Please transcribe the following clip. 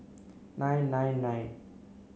nine nine nine